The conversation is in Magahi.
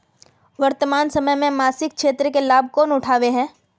वर्तमान समय में सामाजिक क्षेत्र के लाभ कौन उठावे है?